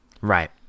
Right